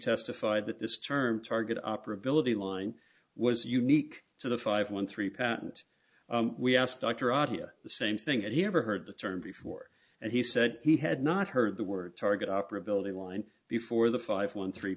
testified that this term target operability line was unique to the five one three patent we asked dr adia the same thing that he ever heard the term before and he said he had not heard the word target operability line before the five one three